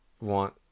want